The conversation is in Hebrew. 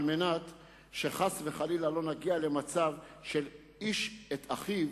על מנת שחס וחלילה לא נגיע למצב של איש את אחיו